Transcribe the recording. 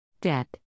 Debt